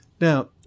Now